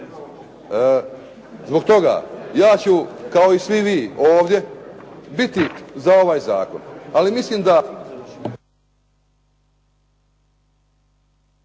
Zbog toga ja ću kao i svi vi ovdje biti za ovaj zakon, ali mislim da.